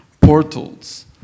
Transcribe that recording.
portals